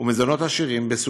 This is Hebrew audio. ומזונות עשירים בסוכר,